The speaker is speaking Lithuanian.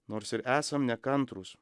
nors ir esam nekantrūs